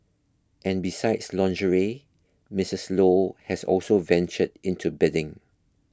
and besides lingerie Misses Low has also ventured into bedding